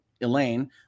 Elaine